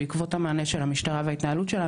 בעקבות המענה של המשטרה וההתנהלות שלה,